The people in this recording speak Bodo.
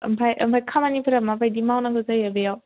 ओमफ्राय खामानिफोरा माबायदि मावनांगौ जायो बेयाव